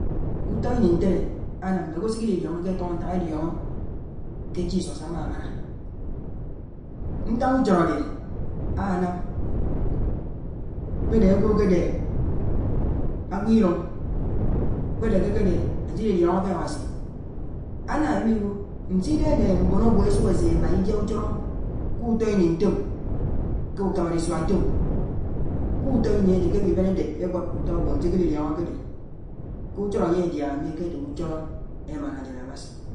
Ùtó íní ñtéré ánám mmégwò síkílí lióñóké étùñò ñták élióñò, ké Jesus ámá máná. Ñták ùchóró ádé ánám kpédé ágwò ákédé ágwò ílùñ, kpédé kékédé ánsílíhóñóke Áwásì, ánáwíb íwò ñsídé né mbònògwò ésùk ésémá ídiá ùchóró kùtó íní ñtòm, k’ùkábárísùá ñtòm, kùtó íní adé kéwíbén édéd égwód ùtó ágwò ánsíkílí lióñó ké dé k’ùchóró ányé cháñá ámì kédé ùchóró émáná ásén Áwásì.